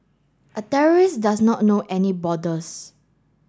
a terrorist does not know any borders